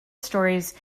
stories